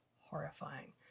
horrifying